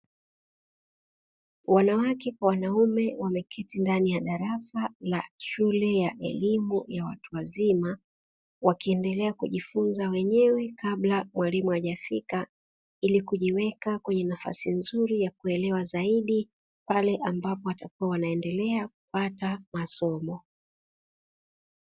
Wanawake kwa wanaume wameketi ndani ya darasa la shule ya elimu ya watu wazima, wakiendelea kujifunza wenyewe kabla mwalimu hajafika ili kujiweka kwenye nafasi nzuri ya kuelewa zaidi, pale ambapo watakua wanaendelea kupata masomo.